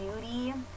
beauty